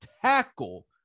tackle